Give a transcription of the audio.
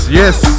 yes